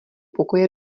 pokoje